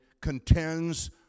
contends